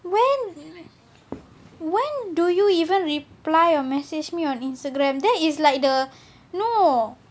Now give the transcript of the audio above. when when do you even reply or message me on instagram there is like the no